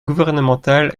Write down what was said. gouvernementale